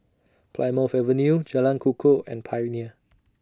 Plymouth Avenue Jalan Kukoh and Pioneer